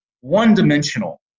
one-dimensional